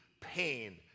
pain